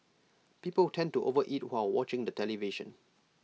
people tend to overeat while watching the television